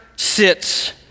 sits